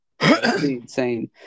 Insane